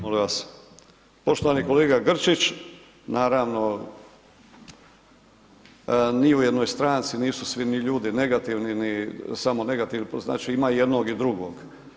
Molim vas, poštovani kolega Grčić, naravno ni u jednoj stvari nisu svi ni ljudi negativni ni samo negativni, to znači ima i jednog i drugog.